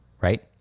right